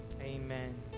Amen